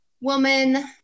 woman